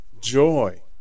joy